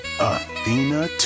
Athena